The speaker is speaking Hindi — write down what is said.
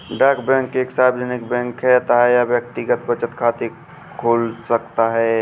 डाक बैंक एक सार्वजनिक बैंक है अतः यह व्यक्तिगत बचत खाते खोल सकता है